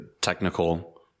technical